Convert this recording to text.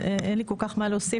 אין לי כל כך מה להוסיף,